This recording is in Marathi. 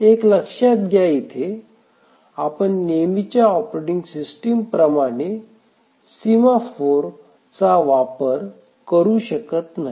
एक लक्षात घ्या इथे आपण नेहमीच्या ऑपरेटिंग सिस्टीम प्रमाणे सीमाफोर चा वापर करु शकत नाही